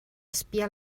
espia